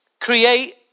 create